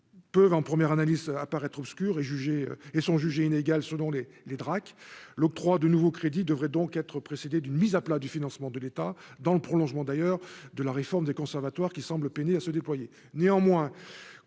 peuvent en première, analyste à paraître obscur et jugé et sont jugés inégale selon les les Drac, l'octroi de nouveaux crédits devraient donc être précédée d'une mise à plat du financement de l'État dans le prolongement d'ailleurs de la réforme des conservatoires qui semble peiner à se déployer,